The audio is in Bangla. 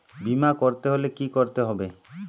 বিমা করতে হলে কি করতে হবে?